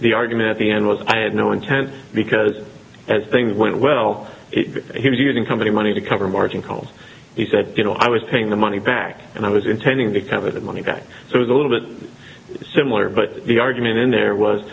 the argument the end was i had no intent because as things went well he was using company money to cover margin calls he said you know i was paying the money back and i was intending to convert the money back so it's a little bit similar but the argument in there was